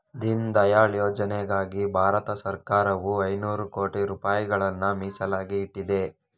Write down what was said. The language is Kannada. ದೀನ್ ದಯಾಳ್ ಯೋಜನೆಗಾಗಿ ಭಾರತ ಸರಕಾರವು ಐನೂರು ಕೋಟಿ ರೂಪಾಯಿಗಳನ್ನ ಮೀಸಲಾಗಿ ಇಟ್ಟಿದೆ